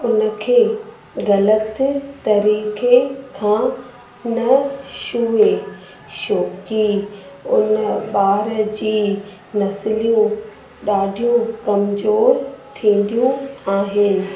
उन खे ग़लति तरीक़े खां न छुए छोकी उन ॿार जी नसलूं ॾाढियूं कमज़ोर थींदियूं आहिनि